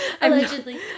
allegedly